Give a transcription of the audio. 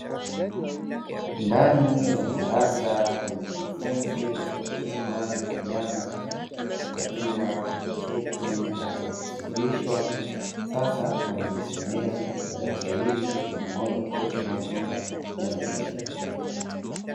Ndani ya darasa kuna wanafunzi watu wazima na vijana, wakiwa wameketi baada ya kufundishwa; sasa wanajisomea na darasa hili lina mwanga kutosha kupitia madirisha makubwa.